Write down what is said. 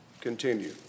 continue